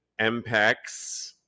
MPEX